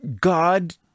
God